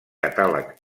catàleg